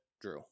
Drew